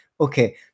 Okay